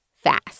fast